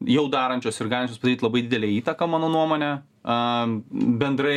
jau darančios ir galinčios padaryt labai didelę įtaką mano nuomone a bendrai